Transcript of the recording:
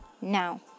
now